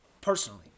personally